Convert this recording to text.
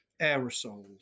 aerosols